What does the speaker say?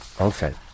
Okay